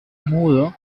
mudo